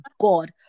god